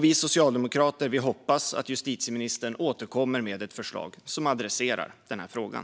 Vi socialdemokrater hoppas att justitieministern återkommer med ett förslag som adresserar frågan.